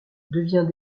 devient